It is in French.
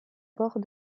bord